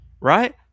right